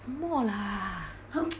什么啦